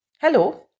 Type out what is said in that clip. Hello